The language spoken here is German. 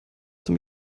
zum